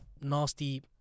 nasty